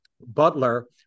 butler